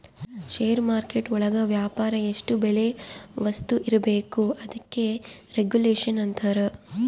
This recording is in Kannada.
ಷೇರು ಮಾರ್ಕೆಟ್ ಒಳಗ ವ್ಯಾಪಾರ ಎಷ್ಟ್ ಬೆಲೆ ವಸ್ತು ಇರ್ಬೇಕು ಅದಕ್ಕೆ ರೆಗುಲೇಷನ್ ಅಂತರ